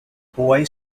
boy